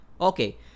okay